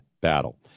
battle